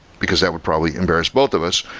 because that would probably embarrass both of us.